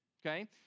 Okay